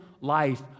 life